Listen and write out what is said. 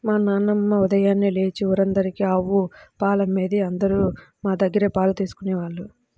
మా నాన్నమ్మ ఉదయాన్నే లేచి ఊరందరికీ ఆవు పాలమ్మేది, అందరూ మా దగ్గరే పాలు తీసుకెళ్ళేవాళ్ళు